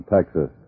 Texas